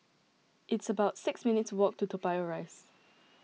it's about six minutes' walk to Toa Payoh Rise